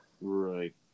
Right